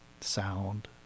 sound